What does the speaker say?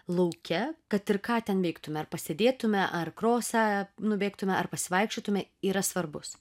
lauke kad ir ką ten veiktume ar pasėdėtume ar krosą nubėgtume ar pasivaikščiotume yra svarbus